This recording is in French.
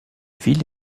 ville